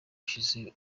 ushize